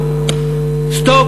תודה לחבר הכנסת והשר לשעבר שטרית.